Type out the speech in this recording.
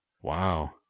Wow